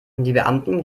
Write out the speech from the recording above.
beamten